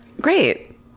great